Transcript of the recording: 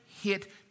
hit